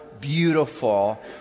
beautiful